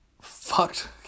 fucked